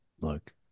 look